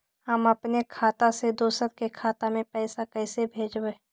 हम अपने खाता से दोसर के खाता में पैसा कइसे भेजबै?